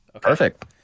Perfect